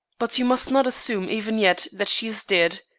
but you must not assume even yet that she is dead.